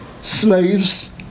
slaves